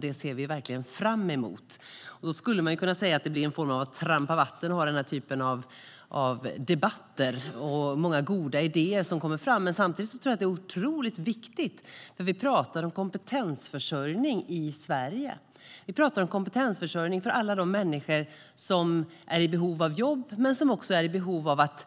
Det ser vi verkligen fram emot. Då skulle man kunna säga att den här typen av debatter blir som att trampa vatten. Många goda idéer kommer fram, och samtidigt tror jag att det är otroligt viktigt att prata om kompetensförsörjning i Sverige. Vi pratar om kompetensförsörjning för alla de människor som är i behov av jobb men också om människor som kanske är i behov av att